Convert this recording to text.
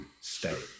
stay